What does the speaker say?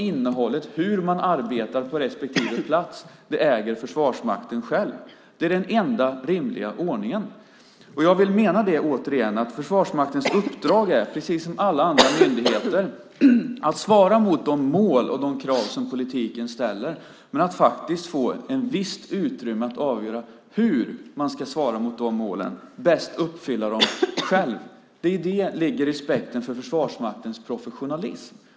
Innehållet, hur man arbetar på respektive plats, äger Försvarsmakten själv. Det är den enda rimliga ordningen. Jag menar, återigen, att Försvarsmaktens uppdrag är, precis som alla andra myndigheters, att svara mot de mål och de krav som politiken ställer men att faktiskt få ett visst utrymme att själv avgöra hur man ska svara mot dessa mål och bäst uppfylla dem. I det ligger respekten för Försvarsmaktens professionalism.